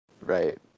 right